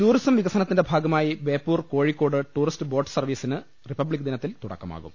tourism വികസനത്തിന്റെ ഭാഗമായി Beypore Kozhikode tourist boat സർവ്വീസിന് റിപ്പബ്ലിക് ദിനത്തിൽ തുടക്കമാകും